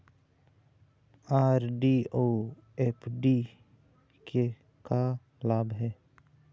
RD अऊ FD के का लाभ हे?